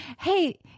hey